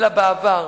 אלא בעבר.